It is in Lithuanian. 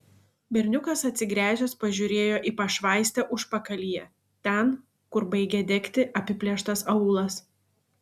berniukas atsigręžęs pažiūrėjo į pašvaistę užpakalyje ten kur baigė degti apiplėštas aūlas